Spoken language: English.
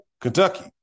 Kentucky